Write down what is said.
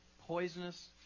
poisonous